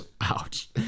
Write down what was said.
Ouch